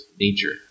nature